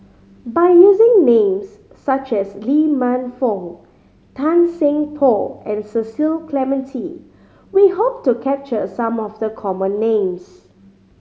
by using names such as Lee Man Fong Tan Seng Poh and Cecil Clementi we hope to capture some of the common names